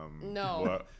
No